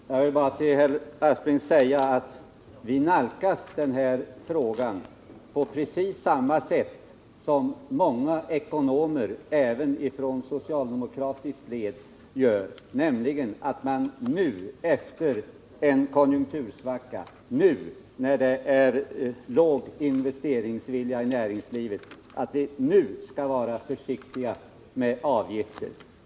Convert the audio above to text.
Herr talman! Jag vill bara till Sven Aspling säga att vi nalkas den här frågan på precis samma sätt som många ekonomer även ifrån socialdemokratiska led gör. Nu, efter en konjunktursvacka när det är låg investeringsvilja i näringslivet, måste vi vara försiktiga med avgifter.